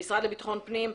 המשרד לבטחון פנים,